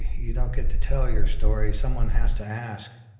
you don't get to tell your story, someone has to ask.